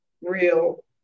real